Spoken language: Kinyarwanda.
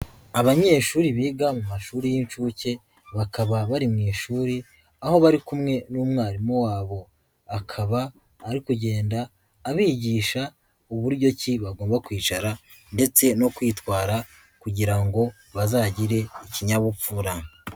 Abanyeshuri biga mu mashuri y'inhuke, bakaba bari mu ishuri aho bari kumwe n'umwarimu wabo, akaba ari kugenda abigisha uburyo ki bagomba kwicara ndetse no kwitwara kugira ngo bazagire ikinyabupfura.